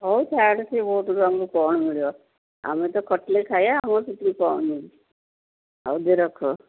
ହଉ ଛାଡ଼ ସେ ବହୁତ ଆମକୁ କ'ଣ ମିଳିବ ଆମେ ତ ଖଟିଲେ ଖାଇବା ହଉ ସେଥିରେ କ'ଣ ମିଳିବ ହଉ ଯେ ରଖ